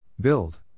Build